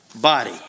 body